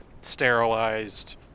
sterilized